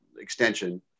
extension